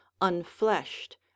unfleshed